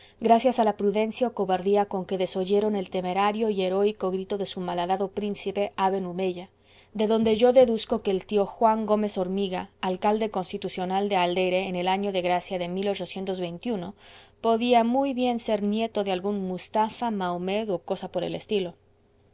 gracias a la prudencia o cobardía con que desoyeron el temerario y heroico grito de su malhadado príncipe aben humeya de donde yo deduzco que el tío juan gómez a hormiga alcalde constitucional de aldeire en el año de gracia de podía muy bien ser nieto de algún mustafá mahommed o cosa por el estilo